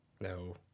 No